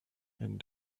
and